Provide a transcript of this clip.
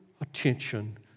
attention